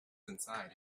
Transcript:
inside